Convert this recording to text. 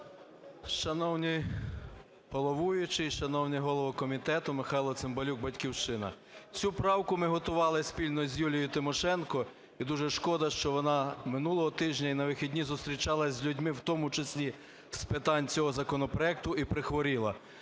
Шановний головуючий, шановний голово комітету! Михайло Цимбалюк, "Батьківщина". Цю правку ми готували спільно з Юлією Тимошенко, і дуже шкода, що вона минулого тижня і на вихідні зустрічалася з людьми, в тому числі з питань цього законопроекту, і прихворіла.